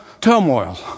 turmoil